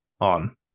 on